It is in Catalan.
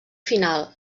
final